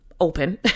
open